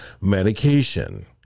medication